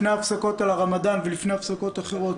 לפני הפסקות על הרדמאן ולפני הפסקות אחרות,